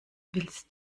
willst